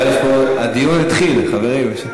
הדיון התחיל, חברים.